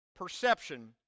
perception